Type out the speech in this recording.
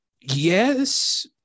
Yes